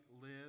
live